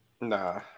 Nah